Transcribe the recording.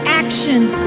actions